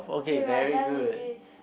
K we are done with this